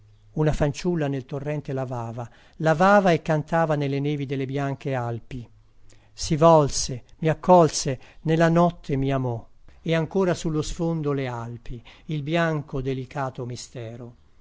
una fanciulla nel torrente lavava lavava e cantava nelle nevi delle bianche alpi si volse mi accolse nella notte mi amò e ancora sullo sfondo le alpi il bianco delicato mistero